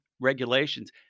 regulations